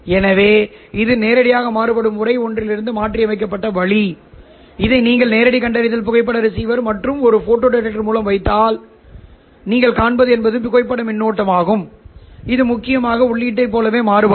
எனவே இது நேரடியாக மாறுபடும் உறை ஒன்றிலிருந்து மாற்றியமைக்கப்பட்ட வழி இதை நீங்கள் நேரடி கண்டறிதல் புகைப்பட ரிசீவர் அல்லது ஒரு ஃபோட்டோடெக்டர் மூலம் வைத்தால் நீங்கள் காண்பது ஒரு புகைப்பட மின்னோட்டமாகும் இது முக்கியமாக உள்ளீட்டைப் போலவே மாறுபடும்